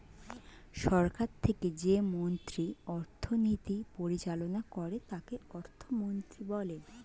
সরকার থেকে যে মন্ত্রী অর্থনীতি পরিচালনা করে তাকে অর্থমন্ত্রী বলে